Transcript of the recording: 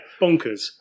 bonkers